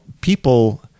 people